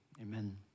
amen